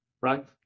right